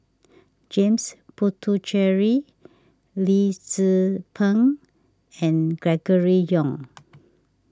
James Puthucheary Lee Tzu Pheng and Gregory Yong